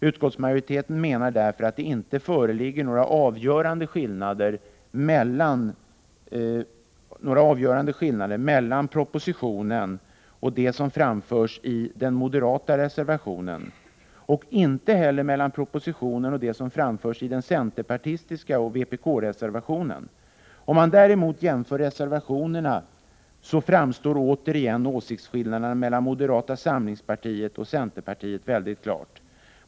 Utskottsmajoriteten menar därför att det inte föreligger några skillnader mellan propositionen och det som anförs i den moderata reservationen, och inte heller mellan propositionen och det som anförs i centerpartioch vpkreservationen. Om man däremot jämför reservationerna, så framstår återigen åsiktsskillnaderna mellan moderata samlingspartiet och centerpartiet väldigt klart.